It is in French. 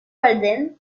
walden